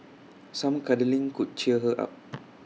some cuddling could cheer her up